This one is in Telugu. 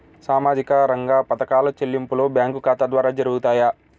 సామాజిక రంగ పథకాల చెల్లింపులు బ్యాంకు ఖాతా ద్వార జరుగుతాయా?